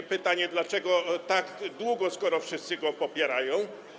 Stawiam pytanie: dlaczego tak długo, skoro wszyscy go popierają?